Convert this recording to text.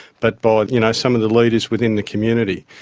but by you know some of the leaders within the community.